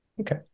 okay